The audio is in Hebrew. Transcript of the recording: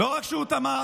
לא רק שהוא תמך,